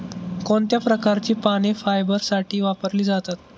कोणत्या प्रकारची पाने फायबरसाठी वापरली जातात?